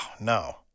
no